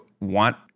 want